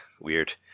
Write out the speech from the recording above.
weird